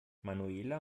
manuela